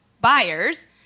buyers